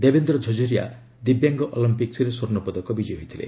ଦେବେନ୍ଦ୍ର ଝରଝରିଆ ଦିବ୍ୟାଙ୍ଗ ଅଲମ୍ପିକ୍ନରେ ସ୍ୱର୍ଣ୍ଣପଦକ ବିଜୟୀ ହୋଇଥିଲେ